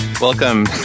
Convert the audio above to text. Welcome